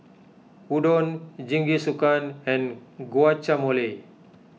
Udon Jingisukan and Guacamole